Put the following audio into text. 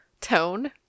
tone